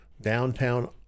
downtown